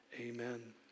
Amen